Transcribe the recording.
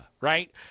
right